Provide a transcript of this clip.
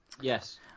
Yes